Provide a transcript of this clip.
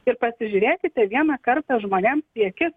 ir pasižiūrėkite vieną kartą žmonėms į akis